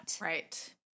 Right